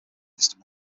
system